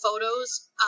photos